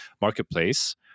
marketplace